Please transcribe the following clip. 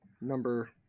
number